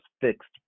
fixed